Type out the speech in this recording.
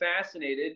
fascinated